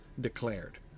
declared